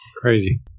Crazy